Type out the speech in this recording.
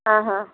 ಹಾಂ ಹಾಂ